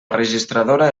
registradora